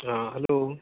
आं हालो